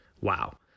wow